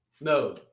No